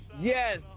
Yes